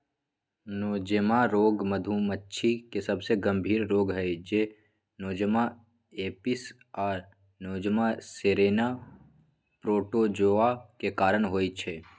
Nosema रोग मधुमाछी के सबसे गंभीर रोग हई जे नोज़ेमा एपिस आ नोज़ेमा सेरेने प्रोटोज़ोआ के कारण होइ छइ